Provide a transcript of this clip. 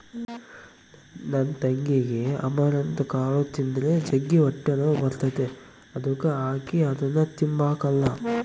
ನನ್ ತಂಗಿಗೆ ಅಮರಂತ್ ಕಾಳು ತಿಂದ್ರ ಜಗ್ಗಿ ಹೊಟ್ಟೆನೋವು ಬರ್ತತೆ ಅದುಕ ಆಕಿ ಅದುನ್ನ ತಿಂಬಕಲ್ಲ